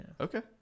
Okay